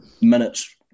minutes